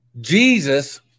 Jesus